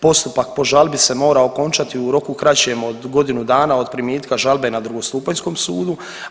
Postupak po žalbi se mora okončati u roku kraćem od godinu dana od primitka žalbe na drugostupanjskom sudu.